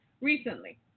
recently